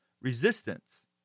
resistance